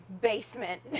basement